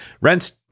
Rents